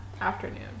afternoon